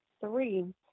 three